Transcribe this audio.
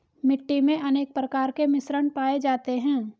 मिट्टी मे अनेक प्रकार के मिश्रण पाये जाते है